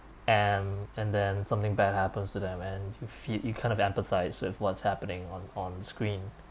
and and then something bad happens to them and you feel you kind of empathise with what's happening on on screen